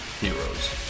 heroes